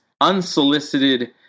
unsolicited –